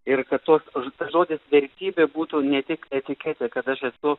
ir kad tos tas žodis vertybė būtų ne tik etiketė kad aš esu